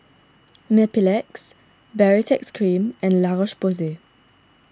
Mepilex Baritex Cream and La Roche Porsay